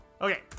Okay